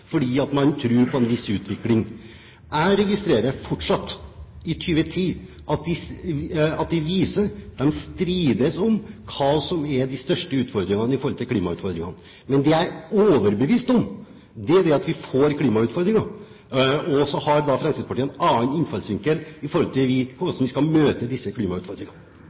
fordi man tror på en viss utvikling. Jeg registrerer fortsatt – i 2010 – at de vise strides om hva som er de største utfordringene når det gjelder klima. Men det jeg er overbevist om, er at vi får klimautfordringer. Så har da Fremskrittspartiet en annen innfallsvinkel til hvordan vi skal møte disse klimautfordringene.